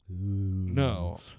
No